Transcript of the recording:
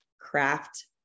craft